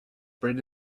bred